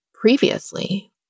previously